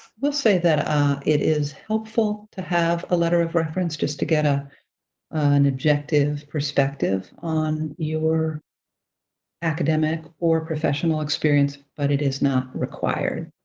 we'll say that ah it is helpful to have a letter of reference just to get ah an objective perspective on your academic or professional experience, but it is not required.